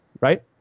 right